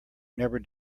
never